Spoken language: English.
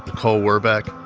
nicole werbeck,